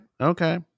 Okay